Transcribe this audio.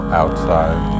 outside